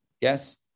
Yes